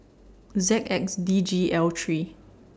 Z X D G L three